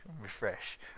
refresh